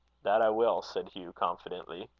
that i will, said hugh, confidently.